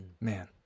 Man